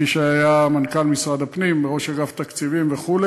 מי שהיה מנכ"ל משרד הפנים, ראש אגף תקציבים וכו',